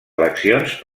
eleccions